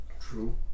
True